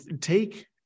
take